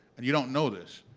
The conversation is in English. and you don't know this.